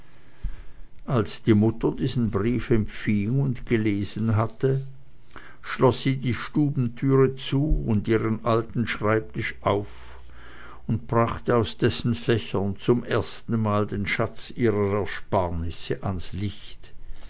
als die mutter diesen brief empfing und ihn gelesen hatte schloß sie die stubentüre zu und ihren alten schreibtisch auf und brachte aus dessen fächern zum ersten mal den schatz ihrer ersparnisse ans licht